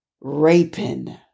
raping